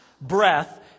breath